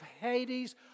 Hades